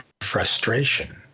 frustration